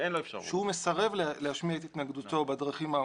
מסרב להשמיע את התנגדותו בדרכים האמורות,